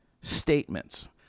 statements